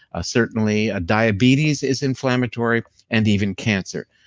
ah certainly a diabetes is inflammatory and even cancer.